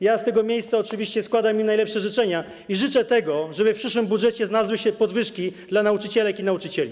Ja z tego miejsca oczywiście składam im najlepsze życzenia i życzę, żeby w przyszłym budżecie znalazły się podwyżki dla nauczycielek i nauczycieli.